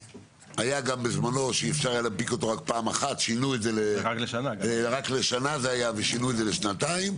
היה גם בזמנו שאפשר היה להנפיק אותו רק לשנה ושינו את זה לשנתיים,